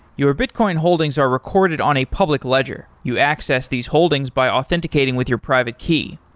your bitcoin holdings are recorded on a public ledger. you access these holdings by authenticating with your private key.